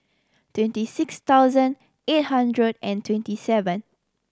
twenty six thousand eight hundred and twenty seven